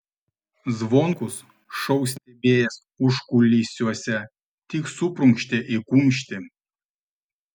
zvonkus šou stebėjęs užkulisiuose tik suprunkštė į kumštį